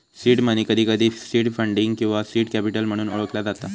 seed money, कधीकधी seed funding किंवा seed capital म्हणून ओळखला जाता